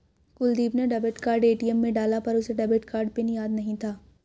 कुलदीप ने debit card ATM में डाला पर उसे डेबिट कार्ड पिन याद नहीं था